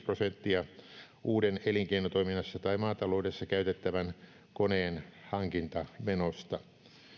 prosenttia uuden elinkeinotoiminnassa tai maataloudessa käytettävän koneen hankintamenosta